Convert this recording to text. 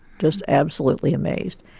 just absolutely amazed.